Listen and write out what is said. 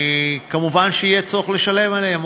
וכמובן יהיה צורך לשלם עליהן,